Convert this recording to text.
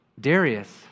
Darius